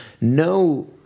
No